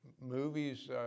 movies